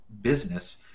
business